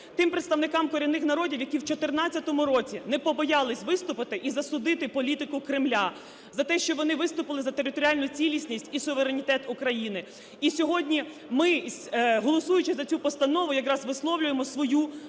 Тим представникам корінних народів, які в 2014 році не побоялись виступити і засудити політику Кремля. За те, що вони виступили за територіальну цілісність і суверенітет України. І сьогодні ми, голосуючи за цю постанову, якраз висловлюємо свою